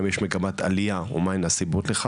האם יש מגמת עלייה ומהן הסיבות לכך,